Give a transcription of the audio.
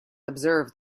observe